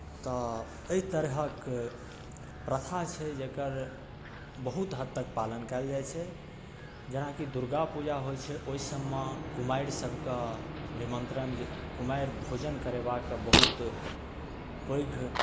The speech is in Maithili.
तऽ एहि तरहक प्रथा छै जकर बहुत हद तक पालन कयल जाइ छै जेनाकि दुर्गा पूजा होइ छै ओहिसबमे कुमारि सबकेँ निमंत्रण कुमारि भोजन करेबाक बहुत पैघ